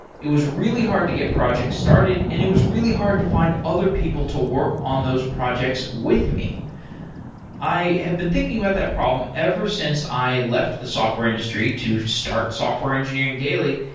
it was really hard to get projects started and it was really hard to find other people to work on those projects with me i have been thinking about that problem ever since i left the software industry to start software engineering daily.